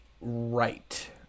right